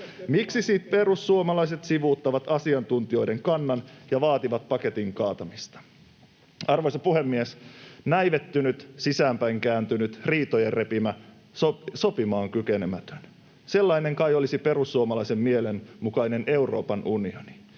Miksi siis perussuomalaiset sivuuttavat asiantuntijoiden kannan ja vaativat paketin kaatamista? Arvoisa puhemies! Näivettynyt, sisäänpäin kääntynyt, riitojen repimä, sopimaan kykenemätön — sellainen kai olisi perussuomalaisen mielen mukainen Euroopan unioni.